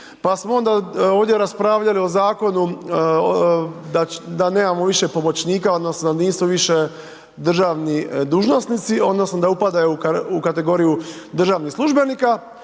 pa smo onda, ovdje raspravljali o Zakonu da nemamo više pomoćnika, odnosno, da nisu više državni dužnosnici, odnosno da upadaju u kategoriju državnih službenika.